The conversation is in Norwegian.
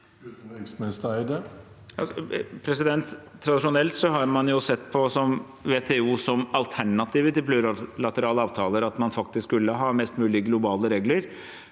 Utenriksminister Espen Barth Eide Tra- disjonelt har man sett på WTO som alternativet til plurilaterale avtaler, at man faktisk skulle ha mest mulig globale regler.